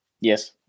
Yes